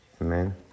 Amen